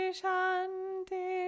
shanti